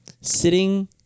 Sitting